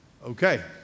Okay